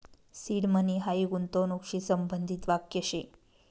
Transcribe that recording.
seed money हायी गूंतवणूकशी संबंधित वाक्य शे